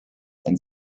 and